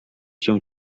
się